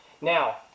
Now